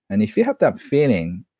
and if you have that feeling,